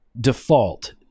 default